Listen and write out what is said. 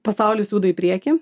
pasaulis juda į priekį